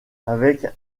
avec